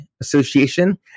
Association